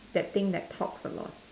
that thing that talks a lot